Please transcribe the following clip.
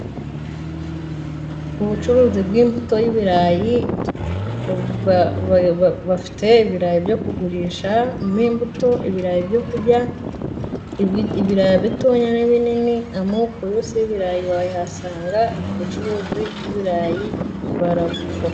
Mubucuruzi bw'imbuto y'ibirayi, bafite ibirayi byo kugurishamo imbuto, ibirayi byo kurya, ibirayi bitoya n'ibinini, amoko yose y'ibirayi wayahasanga, ubucuruzi bw'ibirayi barabukora.